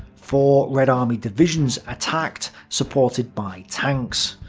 four red army divisions attacked, supported by tanks.